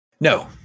No